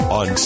on